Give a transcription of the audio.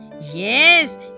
Yes